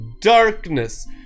darkness